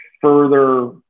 further